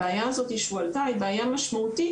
הבעיה הזאת שהועלתה היא בעיה משמעותית,